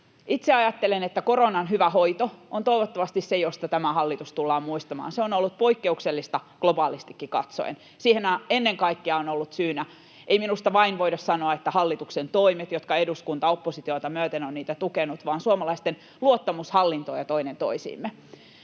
Itse ajattelen, että koronan hyvä hoito on toivottavasti se, mistä tämä hallitus tullaan muistamaan. Se on ollut poikkeuksellista globaalistikin katsoen. Ei minusta voida sanoa, että siihen ovat olleet ennen kaikkea syynä vain hallituksen toimet, joita eduskunta oppositiota myöten on tukenut, vaan suomalaisten luottamus hallintoon ja toinen toisiimme.